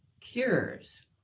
cures